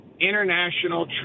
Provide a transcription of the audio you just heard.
international